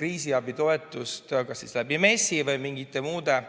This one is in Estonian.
kriisiabitoetust kas MES‑i või mingite muude